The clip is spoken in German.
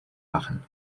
machen